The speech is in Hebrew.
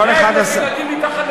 ילדים מתחת לקו העוני.